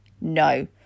no